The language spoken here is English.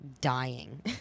dying